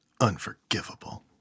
Unforgivable